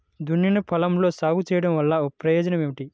దున్నిన పొలంలో సాగు చేయడం వల్ల ప్రయోజనం ఏమిటి?